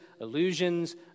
illusions